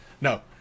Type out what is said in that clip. no